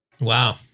Wow